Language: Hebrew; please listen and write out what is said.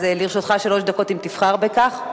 לרשותך שלוש דקות, אם תבחר בכך.